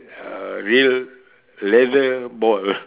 a real leather ball